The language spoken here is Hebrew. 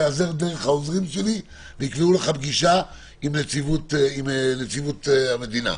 תיעזר בעוזרים שלי ויקבעו לך פגישה עם נציבות שירות המדינה.